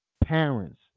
parents